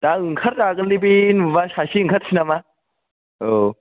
दा ओंखार जागोनलै बे नुबा सासे ओंखारसै नामा औ